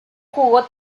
jugó